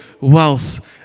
wealth